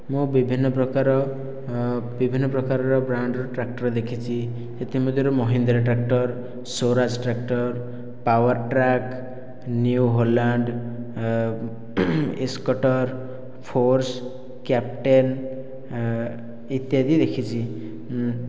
ମୁଁ ବିଭିନ୍ନ ପ୍ରକାରର ବିଭିନ୍ନ ପ୍ରକାରର ବ୍ରାଣ୍ଡର ଟ୍ରାକଟର ଦେଖିଛି ସେଥି ମଧ୍ୟରୁ Mahindra tractor Swaraj tractor Powertrac New Holland Escorts Force Captain ଇତ୍ୟାଦି ଦେଖିଛି